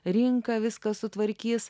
rinka viską sutvarkys